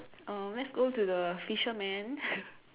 um let's go to the fisherman